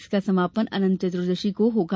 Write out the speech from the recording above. इसका समापन अनंत चतुर्दशी को होगा